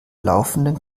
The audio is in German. laufenden